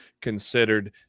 considered